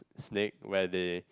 snake where they